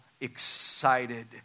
excited